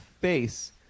face